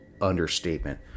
understatement